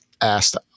asked